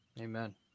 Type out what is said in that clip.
amen